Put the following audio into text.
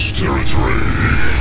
territory